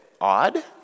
odd